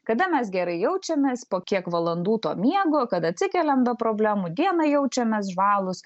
kada mes gerai jaučiamės po kiek valandų to miego kada atsikeliam be problemų dieną jaučiamės žvalūs